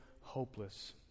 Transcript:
hopeless